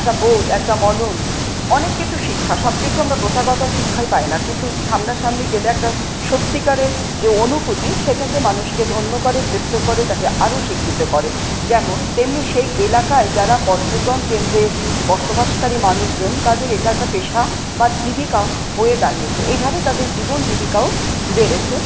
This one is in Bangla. একটা বোধ একটা মনন অনেককিছু শিক্ষা সবকিছু আমরা প্রথাগত শিক্ষায় পাই না কিন্তু সামনাসামনি গেলে একটা সত্যিকারের যে অনুভূতি সেটাকে মানুষকে ধন্য করে তৃপ্ত করে তাকে আরো শিক্ষিত করে যেমন তেমনি সেই এলাকায় যারা পর্যটনকেন্দ্রে বসবাসকারী মানুষজন তাদের এটা একটা পেশা বা জীবিকা হয়ে দাঁড়িয়েছে এইভাবে তাদের জীবন জীবিকাও বেড়েছে